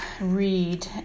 read